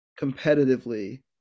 competitively